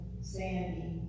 Sandy